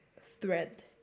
thread